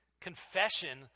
Confession